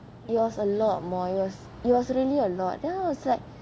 it was a lot more years it was really a lot then was like